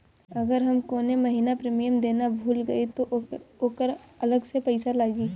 अगर हम कौने महीने प्रीमियम देना भूल जाई त ओकर अलग से पईसा लागी?